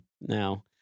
now